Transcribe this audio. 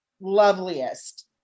loveliest